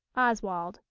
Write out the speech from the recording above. oswald.